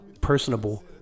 personable